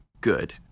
good